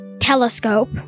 telescope